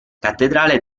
cattedrale